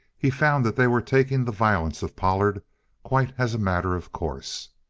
he found that they were taking the violence of pollard quite as a matter of course.